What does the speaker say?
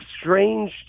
strange